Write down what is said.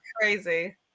Crazy